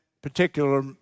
particular